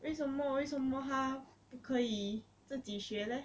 为什么为什么她不可以自己学 leh